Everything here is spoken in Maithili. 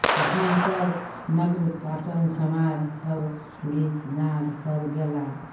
तखन सभ नगर पाटन समाज सभ गीत नाद सभ गयला